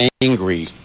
angry